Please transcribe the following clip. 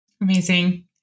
Amazing